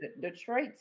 Detroit